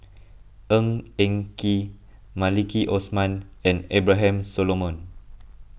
Ng Eng Kee Maliki Osman and Abraham Solomon